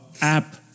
app